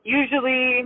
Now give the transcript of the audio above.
usually